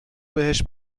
بهش